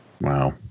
Wow